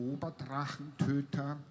Oberdrachentöter